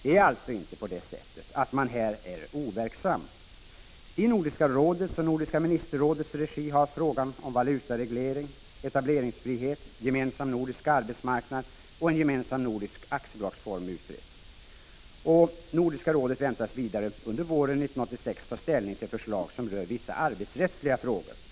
Det är alltså inte på det sättet att man här är overksam. I Nordiska rådets och Nordiska ministerrådets regi har frågan om valutareglering, etableringsfrihet, gemensam nordisk arbetsmarknad och en gemensam nordisk aktiebolagsform utretts. Nordiska rådet väntas vidare under våren 1986 ta ställning till förslag som rör vissa arbetsrättsliga frågor.